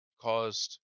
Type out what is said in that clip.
caused